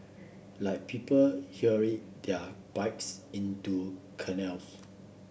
like people hurl their bikes into canals